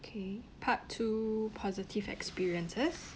okay part two positive experiences